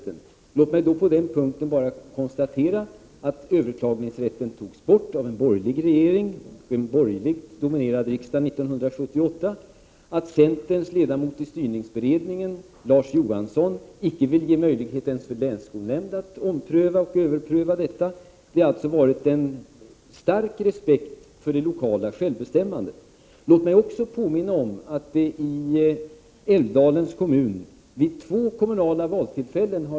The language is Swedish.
Låt mig på 10 november 1988 den punkten bara konstatera att överklagningsrätten togs bort av en borgerlig regering och en borgerligt dominerad riksdag 1978, att centerns ledamot i styrningsberedningen, Larz Johansson, icke vill ge möjlighet ens för länsskolnämnden att överpröva detta. Det har alltså funnits en stark respekt för det lokala självbestämmandet. Låt mig också påminna om att den här frågan har varit uppe i Älvdalens kommun vid två kommunala valtillfällen.